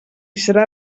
serà